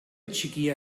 txikia